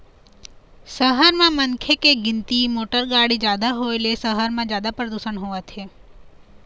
सहर म मनखे के गिनती, मोटर गाड़ी जादा होए ले सहर म जादा परदूसन होवत हे